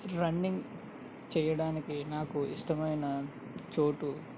running చేయడానికి నాకు ఇష్టమైన చోటు